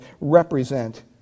represent